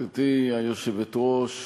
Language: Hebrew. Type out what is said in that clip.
גברתי היושבת-ראש,